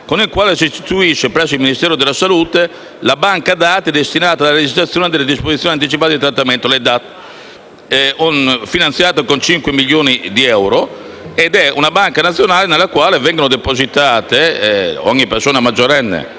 con il quale si istituisce, presso il Ministero della salute, la banca dati destinata alla registrazione delle disposizioni anticipate di trattamento (DAT), finanziata con 5 milioni di euro. Si tratta di una banca dati nazionale nella quale ogni persona maggiorenne